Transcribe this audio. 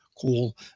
call